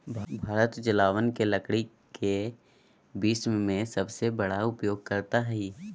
भारत जलावन के लकड़ी के विश्व में सबसे बड़ा उपयोगकर्ता हइ